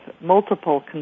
multiple